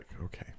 Okay